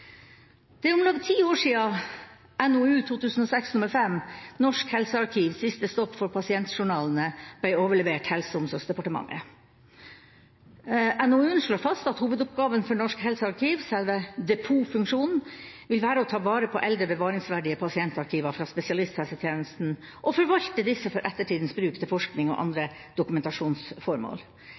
Det er om lag ti år siden NOU 2006:5, Norsk helsearkiv – siste stopp for pasientjournalene, ble overlevert Helse- og omsorgsdepartementet. NOU-en slår fast at hovedoppgaven for Norsk helsearkiv – selve depotfunksjonen – vil være å ta vare på «eldre, bevaringsverdige pasientarkiver» fra spesialisthelsetjenesten og forvalte disse for ettertidens bruk til forskning og andre dokumentasjonsformål.